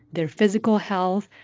their physical health,